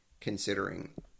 considering